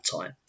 time